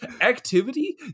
activity